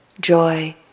joy